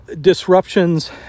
disruptions